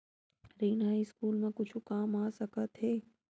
ऋण ह स्कूल मा कुछु काम आ सकत हे?